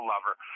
Lover